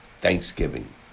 Thanksgiving